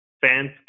fans